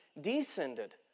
descended